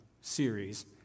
series